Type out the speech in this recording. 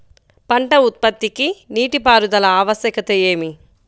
పంట ఉత్పత్తికి నీటిపారుదల ఆవశ్యకత ఏమి?